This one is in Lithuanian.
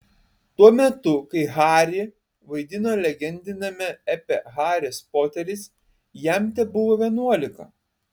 tuo metu kai harry vaidino legendiniame epe haris poteris jam tebuvo vienuolika